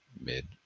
mid